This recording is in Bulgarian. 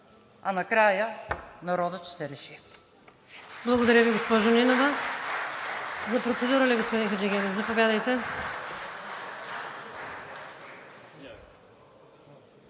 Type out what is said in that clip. а накрая народът ще реши.